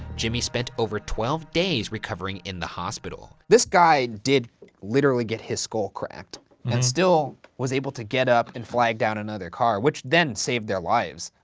jimmy spent over twelve days recovering in the hospital. this guy did literally get his skull cracked and still was able to get up and flag down another car, which then saved their lives.